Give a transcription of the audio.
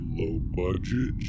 low-budget